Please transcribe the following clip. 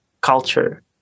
culture